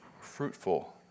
fruitful